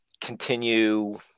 continue